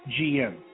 GM